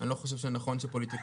אני לא חושב שזה נכון שפוליטיקאים